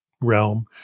realm